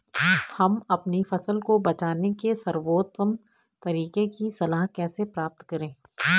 हम अपनी फसल को बचाने के सर्वोत्तम तरीके की सलाह कैसे प्राप्त करें?